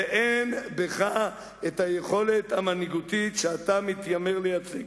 ואין בך היכולת המנהיגותית שאתה מתיימר לייצג.